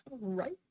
right